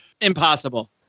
Impossible